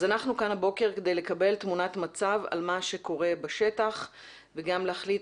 אנחנו כאן הבוקר כדי לקבל תמונת מצב על מה שקורה בשטח וגם להחליט